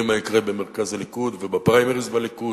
מה יקרה במרכז הליכוד ובפריימריס בליכוד,